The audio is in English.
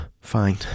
Fine